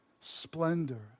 splendor